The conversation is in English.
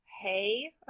hey